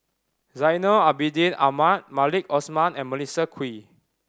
Zainal Abidin Ahmad Maliki Osman and Melissa Kwee